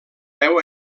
veu